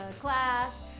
class